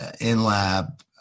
in-lab